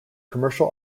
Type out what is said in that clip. commercial